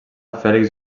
fèlix